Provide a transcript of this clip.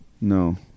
no